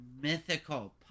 mythical